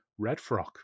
Redfrock